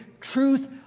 truth